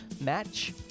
match